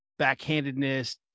backhandedness